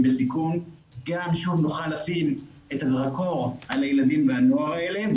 בסיכון ושוב נוכל לשים את הזרקור על הילדים והנוער האלה.